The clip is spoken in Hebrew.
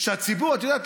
את יודעת,